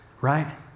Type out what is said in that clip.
right